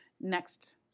next